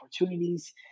opportunities